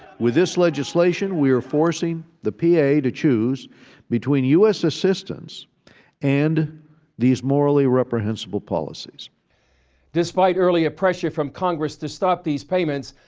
with this legislation, we're forcing the p a. to choose between u s. assistance and these morally reprehensible policies. chris despite earlier pressure from congress to stop these payments,